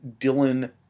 Dylan